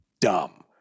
dumb